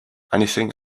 anything